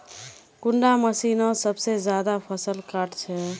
कुंडा मशीनोत सबसे ज्यादा फसल काट छै?